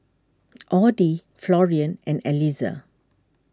Audie Florian and Eliezer